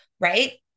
right